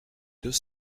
deux